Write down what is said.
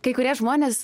kai kurie žmonės